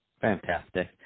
Fantastic